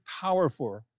powerful